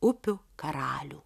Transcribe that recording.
upių karalių